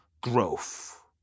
growth